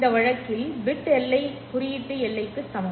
இந்த வழக்கில் பிட் எல்லை குறியீட்டு எல்லைக்கு சமம்